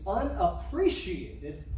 unappreciated